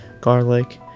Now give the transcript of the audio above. garlic